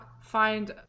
find